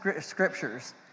scriptures